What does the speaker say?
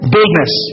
Boldness